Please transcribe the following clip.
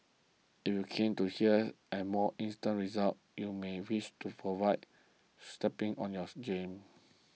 if you're keener to hear and more instant results you may wish to forward stepping on your game